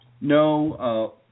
No